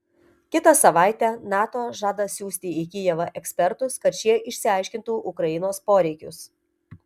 kitą savaitę nato žada siųsti į kijevą ekspertus kad šie išsiaiškintų ukrainos poreikius